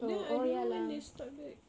then I don't know when they start back